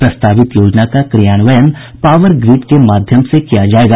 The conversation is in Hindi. प्रस्तावित योजना का क्रियान्वयन पावर ग्रीड के माध्यम से किया जायेगा